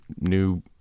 new